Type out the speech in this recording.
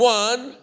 one